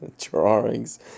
drawings